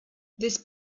this